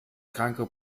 kranke